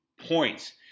points